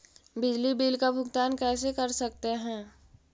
बिजली बिल का भुगतान कैसे कर सकते है?